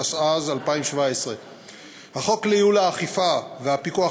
התשע'"ז 2017. החוק לייעול האכיפה והפיקוח